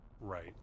Right